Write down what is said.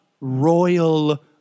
Royal